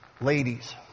ladies